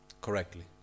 correctly